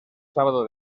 sábado